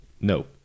No